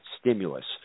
stimulus